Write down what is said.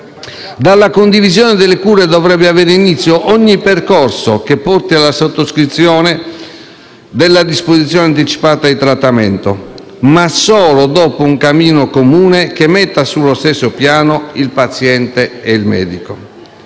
Dalla condivisione delle cure dovrebbe avere inizio ogni percorso che porti alla sottoscrizione della disposizione anticipata di trattamento, ma solo dopo un cammino comune, che metta sullo stesso piano il paziente e il medico.